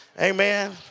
Amen